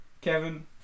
Kevin